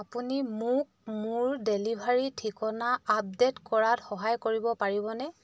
আপুনি মোক মোৰ ডেলিভাৰী ঠিকনা আপডেট কৰাত সহায় কৰিব পাৰিবনে